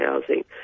housing